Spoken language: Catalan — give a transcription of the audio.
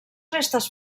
restes